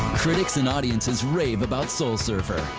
critics and audiences rave about soul surfer.